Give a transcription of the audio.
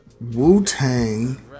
Wu-Tang